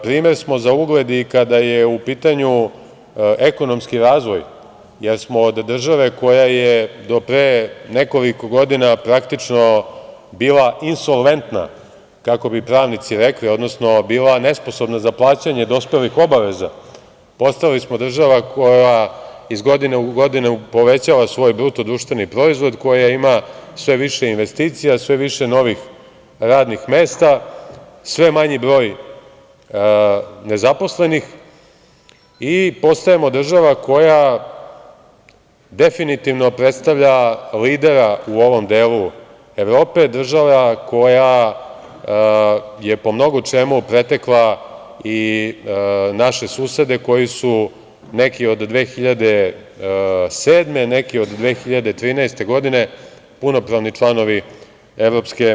Primer smo za ugled i kada je u pitanju ekonomski razvoj, jer smo od države koja je do pre nekoliko godina praktično bila insolventna, kako bi pravnici rekli, odnosno bila nesposobna za plaćanje dospelih obaveza, postali smo država koja iz godine u godinu povećava svoj BDP, koja ima sve više investicija, sve više novih radnih mesta, sve manji broj nezaposlenih i postajemo država koja definitivno predstavlja lidera u ovom delu Evrope, država koja je po mnogo čemu pretekla i naše susede koji su, neki od 2007. godine, neki od 2013. godine, punopravni članovi EU.